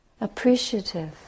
appreciative